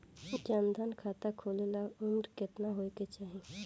जन धन खाता खोले ला उमर केतना होए के चाही?